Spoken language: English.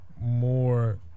more